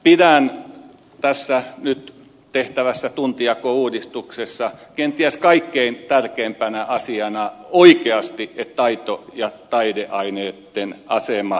pidän tässä nyt tehtävässä tuntijakouudistuksessa kenties kaikkein tärkeimpänä asiana oikeasti että taito ja taideaineitten asema lisääntyy